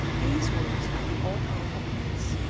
these words of the all-powerful prince,